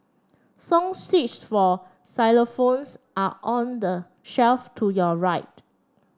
song for xylophones are on the shelf to your right